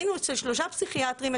היינו אצל שלושה פסיכיאטריים.